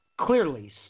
Clearly